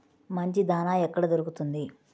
మంచి దాణా ఎక్కడ దొరుకుతుంది?